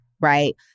right